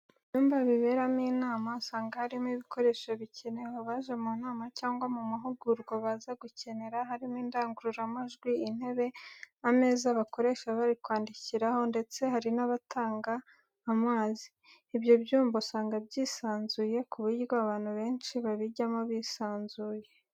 Mu byumba biberamo inama, usanga harimo ibikoresho bikenewe abaje mu nama cyangwa mu mahugurwa baza gukenera, harimo indangururamajwi, intebe, ameza bakoresha bari kwandikiraho ndetse hari n'abatanga amazi. Ibyo byumba usanga byisanzuye ku buryo abantu benshi babijyamo bisanzuye.